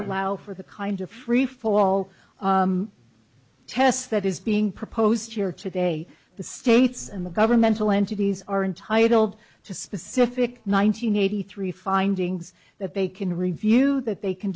allow for the kind of free fall test that is being proposed here today the states and the governmental entities are entitled to specific nine hundred eighty three findings that they can review that they can